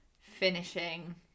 finishing